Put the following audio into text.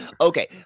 okay